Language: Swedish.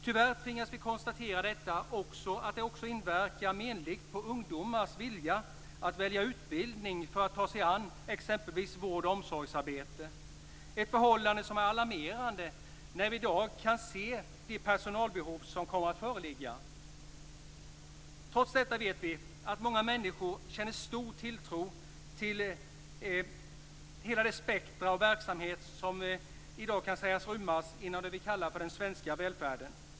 Tyvärr tvingas vi konstatera att detta också inverkar menligt på ungdomars vilja att välja utbildning för att ta sig an exempelvis vård och omsorgsarbete, ett förhållande som är alarmerande när vi i dag kan se de personalbehov som kommer att föreligga. Trots detta vet vi att många människor känner stor tilltro till hela det spektrum av verksamheter som kan sägas rymmas inom det vi i dag kallar för den svenska välfärden.